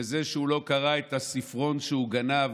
בזה שהוא לא קרא את הספרון שהוא גנב,